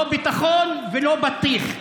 לא ביטחון ולא בטיח.